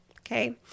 Okay